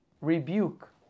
rebuke